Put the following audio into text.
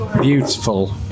beautiful